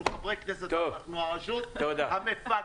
אנחנו חברי כנסת אנחנו הרשות המפקחת.